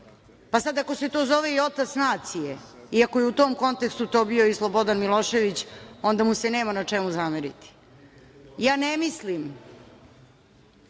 Ako se to sad zove otac nacije i ako je u tom kontekstu to bio i Slobodan Milošević, onda mu se nema na čemu zameriti. Ne mislim